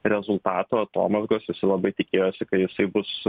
rezultato atomazgos visi labai tikėjosi kad jisai bus